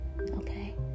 Okay